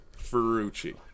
Ferrucci